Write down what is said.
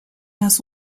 las